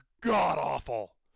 god-awful